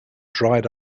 dried